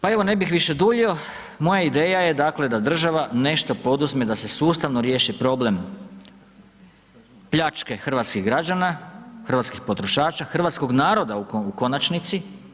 Pa evo, ne bih više duljio, moja ideja je dakle da država nešto poduzme da se sustavno riješi problem pljačke hrvatskih građana, hrvatskih potrošača, hrvatskog naroda u konačnici.